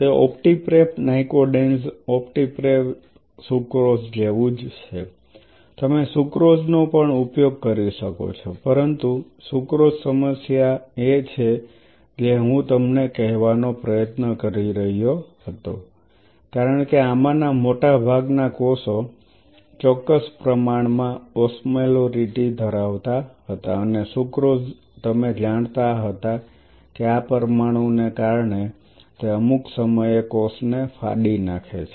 તે OptiPrep Nycodenz OptiPrep sucrose જેવું જ છે તમે સુક્રોઝ નો પણ ઉપયોગ કરી શકો છો પરંતુ સુક્રોઝ સમસ્યા એ છે જે હું તમને કહેવાનો પ્રયત્ન કરી રહ્યો હતો કારણ કે આમાંના મોટા ભાગના કોષો ચોક્કસ પ્રમાણમાં ઓસ્મોલરિટી ધરાવતા હતા અને સુક્રોઝ તમે જાણતા હતા કે આ પરમાણુને કારણે તે અમુક સમયે કોષને ફાડી નાખે છે